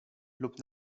lub